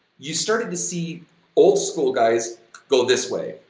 you started to see old-school guys go this way,